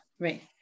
Right